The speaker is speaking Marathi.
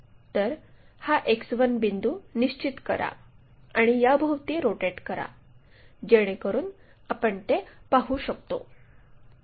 तर हा X1 बिंदू निश्चित करा आणि याभोवती रोटेट करा जेणेकरुन आपण ते पाहू शकतो